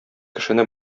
кешене